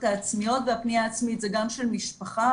העצמיות והפנייה העצמית זה גם של המשפחה,